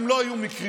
זה לא היה מקרי,